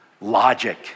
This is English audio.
logic